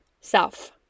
self